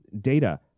data